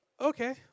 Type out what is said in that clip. okay